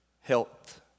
health